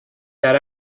that